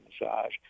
massage